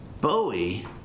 Bowie